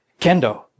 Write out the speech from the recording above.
kendo